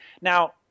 Now